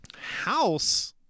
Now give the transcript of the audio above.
house